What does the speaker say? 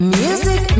music